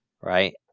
right